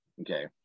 okay